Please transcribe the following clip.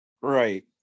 Right